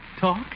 talk